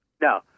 No